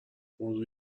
موضوع